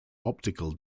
optical